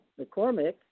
McCormick